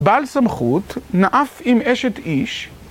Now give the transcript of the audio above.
בעל סמכות נאף עם אשת איש